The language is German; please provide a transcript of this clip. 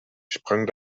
sprang